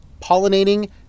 pollinating